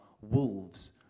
wolves